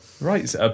right